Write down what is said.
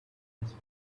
has